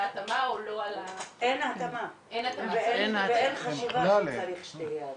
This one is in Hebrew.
אין התאמה ואין חשיבה שצריך שתהיה התאמה,